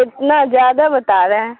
اتنا زیادہ بتا رہے ہیں